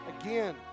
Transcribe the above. Again